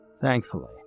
Thankfully